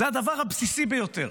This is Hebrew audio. זה הדבר הבסיסי ביותר,